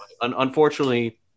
Unfortunately